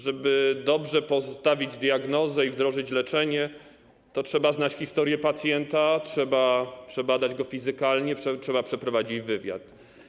Żeby dobrze postawić diagnozę i wdrożyć leczenie, trzeba znać historię pacjenta, trzeba przebadać go fizykalnie, trzeba przeprowadzić wywiad.